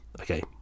Okay